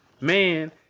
man